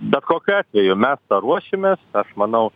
bet kokiu atveju mes tą ruošimės aš manau